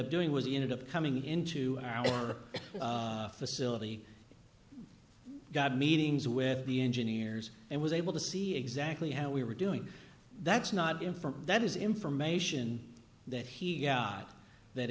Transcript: up doing was in it up coming into our facility got meetings with the engineers and was able to see exactly how we were doing that's not in from that is information that he yeah that